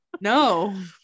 No